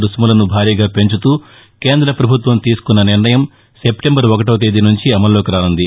రుసుములను భారీగా పెంచుతూ కేంద్ర వభుత్వం తీసుకున్న నిర్ణయం సెప్టెంబరు ఒకటో తేదీ నుంచి అమలులోకి రానుంది